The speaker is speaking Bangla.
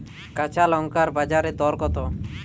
কাঁচা লঙ্কার বাজার দর কত?